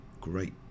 great